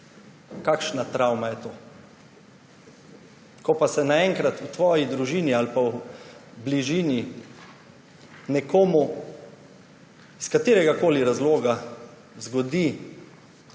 kakšna travma je to. Ko pa se naenkrat v tvoji družini ali pa v bližini nekomu s kateregakoli razloga zgodi